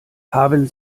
haben